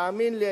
תאמין לי,